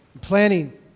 planning